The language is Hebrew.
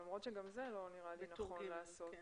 גם זה לא נראה לי נכון לעשות.